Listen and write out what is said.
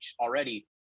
already